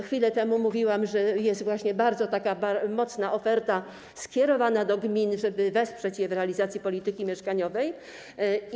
Chwilę temu mówiłam, że jest bardzo mocna oferta skierowana do gmin, żeby wesprzeć je w realizacji polityki mieszkaniowej.